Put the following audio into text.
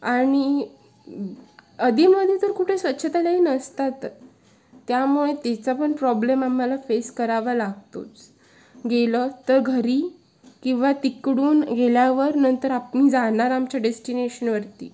आणि अधेमध्ये तर कुठे स्वच्छतालय नसतातच त्यामुळे तीचा पण प्रॉब्लेम आम्हाला फेस करावा लागतोच गेलो तर घरी किंवा तिकडून गेल्यावर नंतर आम्ही जाणार आमच्या डेस्टिनेशनवरती